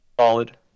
Solid